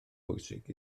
bwysig